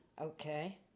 Okay